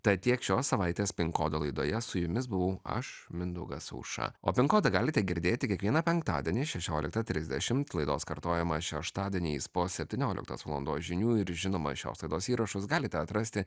tad tiek šios savaitės pin kodo laidoje su jumis buvau aš mindaugas aušra o pin kodą galite girdėti kiekvieną penktadienį šešioliktą trisdešimt laidos kartojimą šeštadieniais po septynioliktos valandos žinių ir žinoma šios laidos įrašus galite atrasti